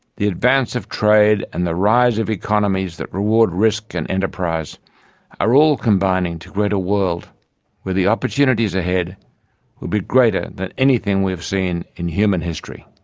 the advance of trade and the rise of economies that reward risk and enterprise are all combining to create a world where the opportunities ahead would be greater than anything we've seen in human history.